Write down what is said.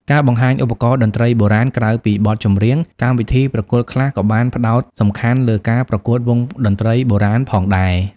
ការបង្ហាញឧបករណ៍តន្ត្រីបុរាណ ក្រៅពីបទចម្រៀង កម្មវិធីប្រកួតខ្លះក៏បានផ្ដោតសំខាន់លើការប្រកួតវង់តន្ត្រីបុរាណផងដែរ។